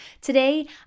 Today